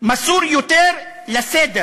מסור יותר לסדר